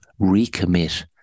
recommit